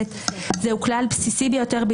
זה בוודאי דבר מבורך ביותר,